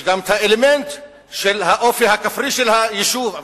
יש גם אלמנט של האופי הכפרי של היישוב,